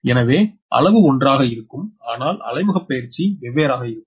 எனவே அளவு ஒன்றாக இருக்கும் ஆனால் அலைமுகப் பெயர்ச்சி வெவ்வேறாக இருக்கும்